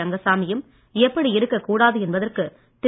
ரங்கசாமி யும் எப்படி இருக்கக் கூடாது என்பதற்கு திரு